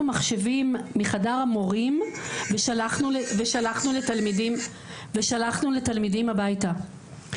מחשבים מחדר המורים ושלחנו לתלמידים הביתה.